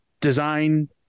design